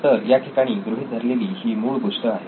तर या ठिकाणी गृहीत धरलेली ही मूळ गोष्ट आहे